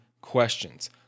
questions